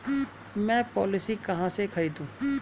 मैं पॉलिसी कहाँ से खरीदूं?